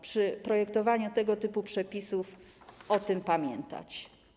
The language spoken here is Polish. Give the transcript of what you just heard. Przy projektowaniu tego typu przepisów warto o tym pamiętać.